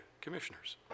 commissioners